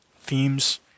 themes